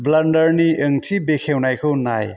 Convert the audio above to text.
ब्लान्डारनि ओंथि बेखेवनायखौ नाय